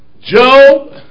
Job